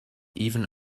even